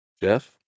Jeff